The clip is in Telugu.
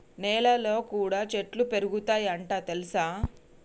నెలల్లో కూడా చెట్లు పెరుగుతయ్ అంట తెల్సా